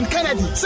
Kennedy